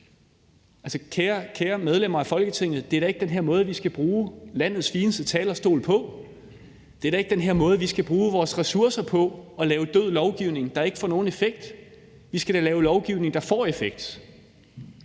kære medlemmer af Folketinget, det er da ikke den her måde, vi skal bruge landets fineste talerstol på. Det er da ikke den her måde, vi skal bruge vores ressourcer på, altså ved at lave død lovgivning, der ikke får nogen effekt. Vi skal da lave lovgivning, der får effekt.